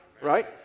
right